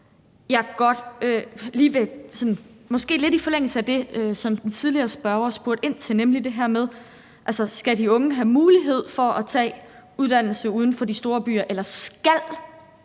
for. Måske lidt i forlængelse af det, som den tidligere spørger spurgte ind til, nemlig om det handler om, at de unge skal have mulighed for at tage en uddannelse uden for de store byer, eller at